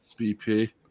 BP